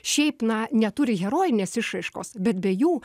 šiaip na neturi herojines išraiškos bet be jų